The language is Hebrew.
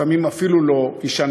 לפעמים אפילו לא זה,